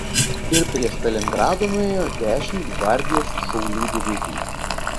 ir prie stalingrado nuėjo dešimt gvardijos šaulių divizijų